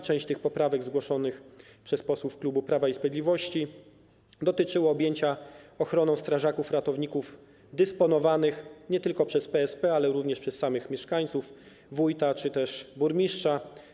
Część tych poprawek, zgłoszonych przez posłów klubu Prawa i Sprawiedliwości, dotyczyła objęcia ochroną strażaków ratowników dysponowanych nie tylko przez PSP, ale również przez samych mieszkańców, wójta czy też burmistrza.